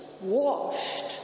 washed